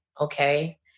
Okay